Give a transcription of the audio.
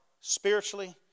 spiritually